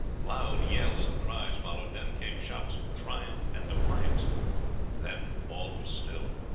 loud yells and cries followed then came shouts of triumph and defiance then all was still,